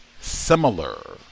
similar